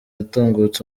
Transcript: atungutse